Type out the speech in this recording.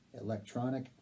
electronic